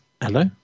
Hello